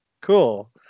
cool